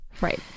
Right